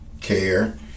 Care